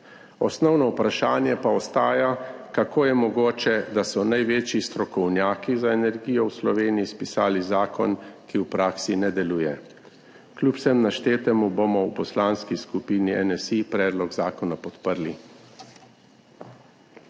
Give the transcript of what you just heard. Osnovno vprašanje pa ostaja, kako je mogoče, da so največji strokovnjaki za energijo v Sloveniji spisali zakon, ki v praksi ne deluje. Kljub vsemu naštetemu bomo v Poslanski skupini NSi predlog zakona podprli.